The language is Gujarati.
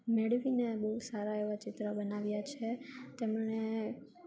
મેળવીને બહુ સારા એવાં ચિત્રો બનાવ્યાં છે તેમણે